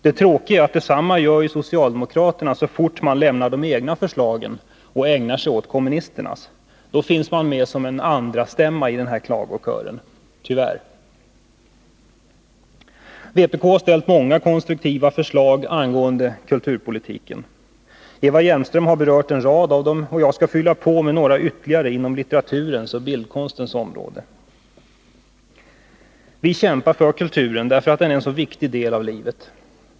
Det tråkiga är att socialdemokraterna gör detsamma så fort de lämnar sina egna förslag och ägnar sig åt kommunisternas. Då finns de med som en andrastämma i den här klagokören — tyvärr. Vpk har ställt många konstruktiva förslag angående kulturpolitiken. Eva Hjelmström har berört en rad av dem, och jag skall fylla på med ytterligare några inom litteraturens och bildkonstens områden. Vi kämpar för kulturen därför att den är en så viktig del av livet.